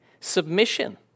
submission